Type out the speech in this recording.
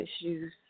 issues